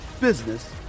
business